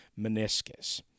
meniscus